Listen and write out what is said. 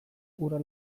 hura